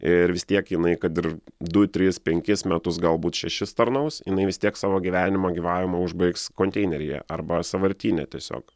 ir vis tiek jinai kad ir du tris penkis metus galbūt šešis tarnaus jinai vis tiek savo gyvenimą gyvavimą užbaigs konteineryje arba sąvartyne tiesiog